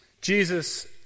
Jesus